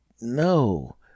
no